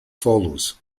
follows